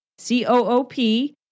C-O-O-P